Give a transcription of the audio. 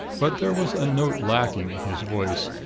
but there was a note lacking in his voice,